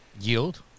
Yield